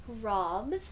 Rob